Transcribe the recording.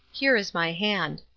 here is my hand.